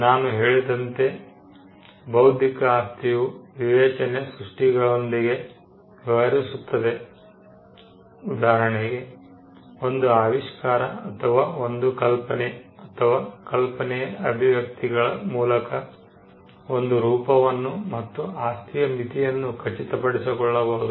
ನಾನು ಹೇಳಿದಂತೆ ಬೌದ್ಧಿಕ ಆಸ್ತಿಯು ವಿವೇಚನೆ ಸೃಷ್ಟಿಗಳೊಂದಿಗೆ ವ್ಯವಹರಿಸುತ್ತದೆ ಉದಾಹರಣೆಗೆ ಒಂದು ಆವಿಷ್ಕಾರ ಅಥವಾ ಒಂದು ಕಲ್ಪನೆ ಅಥವಾ ಕಲ್ಪನೆಯ ಅಭಿವ್ಯಕ್ತಿತ್ವಗಳ ಮೂಲಕ ಒಂದು ರೂಪವನ್ನು ಮತ್ತು ಆಸ್ತಿಯ ಮಿತಿಯನ್ನು ಖಚಿತಪಡಿಸಿಕೊಳ್ಳಬಹುದು